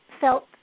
felt